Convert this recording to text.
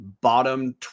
bottom